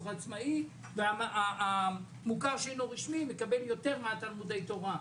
העצמאי והמוכר שאינו רשמי מקבל יותר מתלמודי התורה.